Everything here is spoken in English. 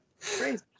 crazy